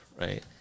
right